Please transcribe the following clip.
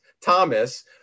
Thomas